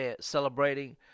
celebrating